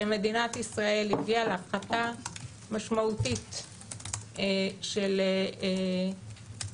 שמדינת ישראל הביאה להפחתה משמעותית של פליטות